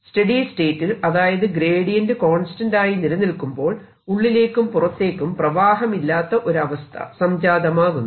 steady സ്റ്റേറ്റിൽ അതായത് gradient constant ആയി നിലനില്കുമ്പോൾ ഉള്ളിലേക്കും പുറത്തേക്കും പ്രവാഹമില്ലാത്ത ഒരു അവസ്ഥ സംജാതമാകുന്നു